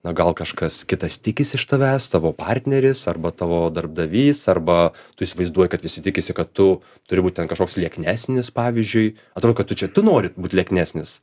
na gal kažkas kitas tikisi iš tavęs tavo partneris arba tavo darbdavys arba tu įsivaizduoji kad visi tikisi kad tu turi būt ten kažkoks lieknesnis pavyzdžiui atrodo kad tu čia tu nori būti lieknesnis